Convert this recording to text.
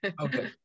Okay